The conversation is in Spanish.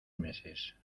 meses